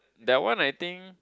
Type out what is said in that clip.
that one I think